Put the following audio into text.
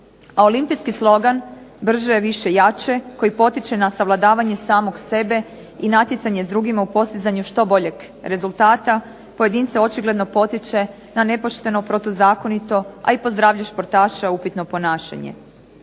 olimpijski slogan "brže, više, jače" koji potiče na savladavanje samog sebe i natjecanje s drugima u postizanju što boljeg rezultata pojedinca očigledno potiče na nepošteno, protuzakonito a i po zdravlje športaša upitno ponašanje.